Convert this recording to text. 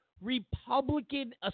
Republican